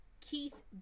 Keith